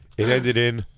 it ended in